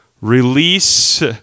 release